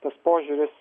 tas požiūris